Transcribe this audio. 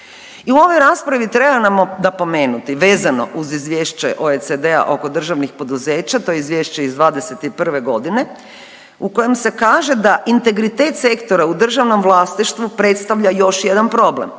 I u ovoj raspravi treba nam napomenuti vezano uz izvješće OECD-a oko državnih poduzeća. To je izvješće iz 2021. godine u kojem se kaže da integritet sektora u državnom vlasništvu predstavlja još jedan problem.